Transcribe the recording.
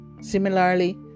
Similarly